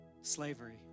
Slavery